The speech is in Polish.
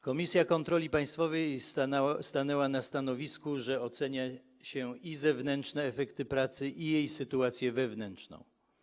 Komisja kontroli państwowej stanęła na stanowisku, że ocenia się i zewnętrzne efekty pracy NIK, i jej sytuację wewnętrzną.